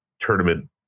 tournament